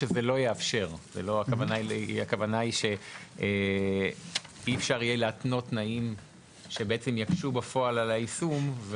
הכוונה היא שאי-אפשר יהיה להתנות תנאים שיקשו בפועל על היישום,